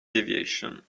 deviation